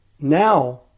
Now